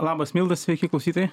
labas milda sveiki klausytojai